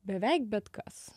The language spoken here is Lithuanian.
beveik bet kas